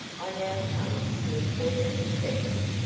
i now come to the important bequests,